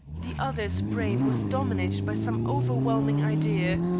the other's brain was dominated by some overwhelming idea,